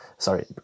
Sorry